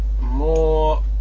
more